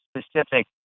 specific